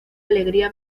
alegría